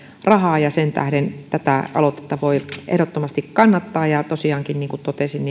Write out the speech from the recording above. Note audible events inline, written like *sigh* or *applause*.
rahaa sen tähden tätä aloitetta voi ehdottomasti kannattaa ja tosiaankin niin kuin totesin *unintelligible*